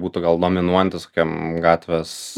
būtų gal dominuojantys kokiam gatvės